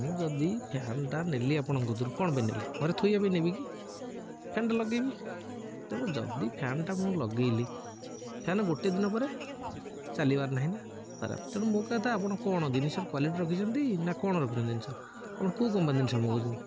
ମୁଁ ଯଦି ଫ୍ୟାନ୍ଟା ନେଲି ଆପଣଙ୍କ କତିରୁ କଣ ପାଇଁ ନେଲି ଘରେ ଥୋଇବା ପାଇଁ ନେବି କି ଫ୍ୟାନ୍ଟା ଲଗେଇବି ତେଣୁ ଯଦି ଫ୍ୟାନ୍ଟା ମୁଁ ଲଗେଇଲି ଫ୍ୟାନ ଗୋଟେ ଦିନ ପରେ ଚାଲିବାର ନାହିଁ ନା ଖରାପ ତେଣୁ ମୋ କହିବା କଥା ଆପଣ କଣ ଜିନିଷ କ୍ୱାଲିଟି ରଖିଛନ୍ତି ନା କଣ ରଖୁଛନ୍ତି ଜିନିଷ ଆପଣ କୋଉ କମ୍ପାନୀ ଜିନିଷ ମଗଉଛନ୍ତି